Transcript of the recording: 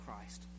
Christ